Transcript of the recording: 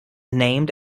named